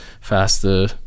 faster